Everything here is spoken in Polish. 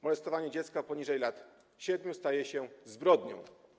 Molestowanie dziecka poniżej lat 7 staje się zbrodnią.